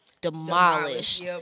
demolished